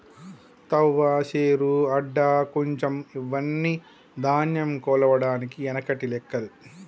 తవ్వ, శేరు, అడ్డ, కుంచం ఇవ్వని ధాన్యం కొలవడానికి ఎనకటి లెక్కలు